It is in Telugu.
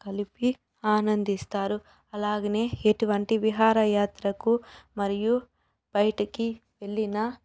కలిసి ఆనందిస్తారు అలాగే ఎటువంటి విహారయాత్రకు మరియు బయటికి వెళ్ళిన